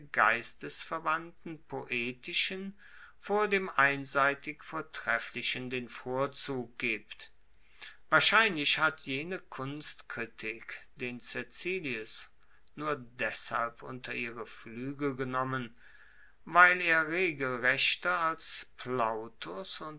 geistesverwandten poetischen vor dem einseitig vortrefflichen den vorzug gibt wahrscheinlich hat jene kunstkritik den caecilius nur deshalb unter ihre fluegel genommen weil et regelrechter als plautus